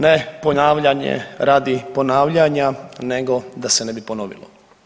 Ne ponavljanje radi ponavljanja nego da se ne bi ponovilo.